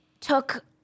Took